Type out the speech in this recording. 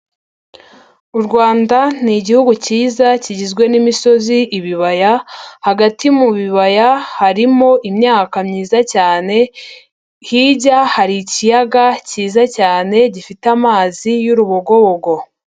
U Rrwanda ni igihugu cyiza kigizwe n'imisozi, ibibaya, hagati mu bibaya harimo imyaka myiza cyane, hirya hari ikiyaga cyiza cyane gifite amazi y'urubogobogo.